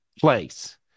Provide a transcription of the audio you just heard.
place